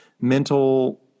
mental